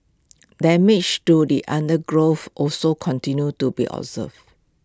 damage to the undergrowth also continues to be observed